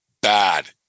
bad